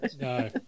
No